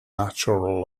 natural